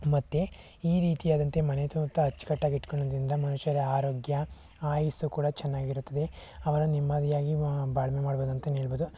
ಮತ್ತು ಈ ರೀತಿಯಾದಂತೆ ಮನೆ ಸುತ್ತ ಅಚ್ಚುಕಟ್ಟಾಗಿ ಇಟ್ಕೊಳ್ಳೋದ್ರಿಂದ ಮನುಷ್ಯರ ಆರೋಗ್ಯ ಆಯಸ್ಸು ಕೂಡ ಚೆನ್ನಾಗಿರುತ್ತದೆ ಅವರು ನೆಮ್ಮದಿಯಾಗಿ ಬಾಳ್ವೆ ಮಾಡ್ಬೋದು ಅಂತಲೇ ಹೇಳ್ಬೋದು